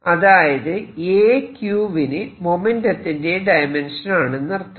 അതായത് A q വിന് മൊമെന്റ്റത്തിന്റെ ഡയമെൻഷൻ ആണെന്നർത്ഥം